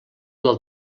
del